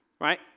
right